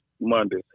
Monday